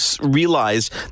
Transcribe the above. realized